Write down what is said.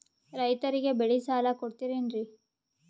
ರೈತರಿಗೆ ಬೆಳೆ ಸಾಲ ಕೊಡ್ತಿರೇನ್ರಿ?